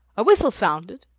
a whistle sounded,